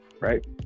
right